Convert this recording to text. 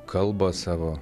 kalbą savo